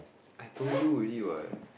I told you already what